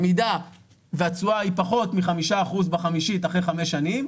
במידה שהתשואה היא פחות מ-5% וחמישית אחרי חמש שנים,